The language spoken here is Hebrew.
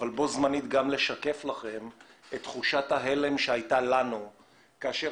ובו-זמנית גם לשקף לכם את תחושת ההלם שהייתה לנו כאשר